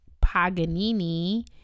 Paganini